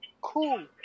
cool